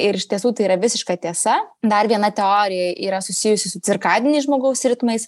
ir iš tiesų tai yra visiška tiesa dar viena teorija yra susijusi su cirkadiniais žmogaus ritmais